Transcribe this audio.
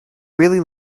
really